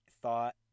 thought